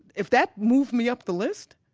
if that moved me up the list,